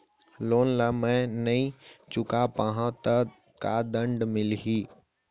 Loan ला मैं नही चुका पाहव त का दण्ड मिलही?